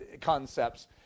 concepts